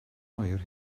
oer